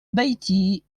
بيتي